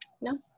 No